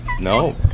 No